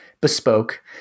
bespoke